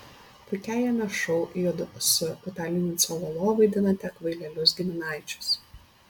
puikiajame šou judu su vitalijumi cololo vaidinate kvailelius giminaičius